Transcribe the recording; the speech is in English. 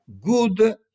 good